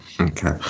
Okay